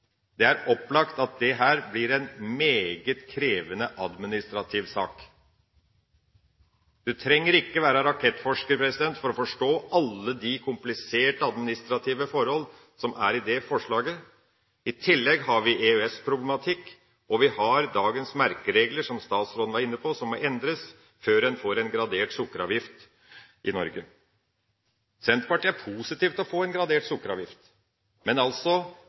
Det er opplagt at dette blir en meget krevende administrativ sak. Du trenger ikke være rakettforsker for å forstå alle de kompliserte administrative forhold som ligger i dette forslaget. I tillegg har vi EØS-problematikk, og vi har dagens merkeregler, som statsråden var inne på, som må endres før man får en gradert sukkeravgift i Norge. Senterpartiet er positiv til å få en gradert sukkeravgift. Men problemene er altså